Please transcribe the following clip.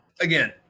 Again